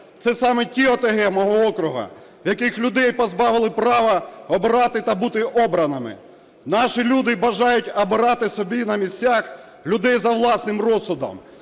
Це саме ті ОТГ мого округу, де людей позбавили права обирати та бути обраними. Наші люди бажають обирати собі на місцях людей за власним розсудом,